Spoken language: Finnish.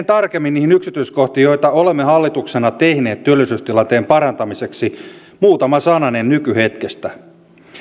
tarkemmin niihin yksityiskohtiin joita olemme hallituksena tehneet työllisyystilanteen parantamiseksi muutama sananen nykyhetkestä